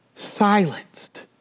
silenced